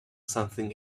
something